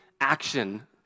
action